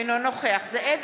אינו נוכח זאב